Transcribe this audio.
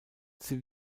sie